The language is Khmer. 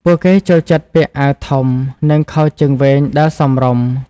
ពួកគេចូលចិត្តពាក់អាវធំនិងខោជើងវែងដែលសមរម្យ។